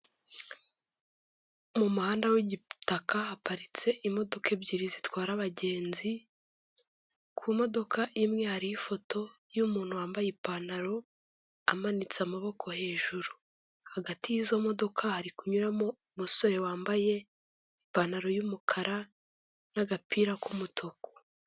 Mu muhanda w'igitaka haparitse imodoka ebyiri zitwara abagenzi, ku modoka imwe hariho ifoto y'umuntu wambaye ipantaro, amanitse amaboko hejuru. Hagati y'izo modoka hari kunyuramo umusore wambaye ipantaro y'umukara n'agapira k'umutuku.